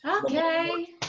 Okay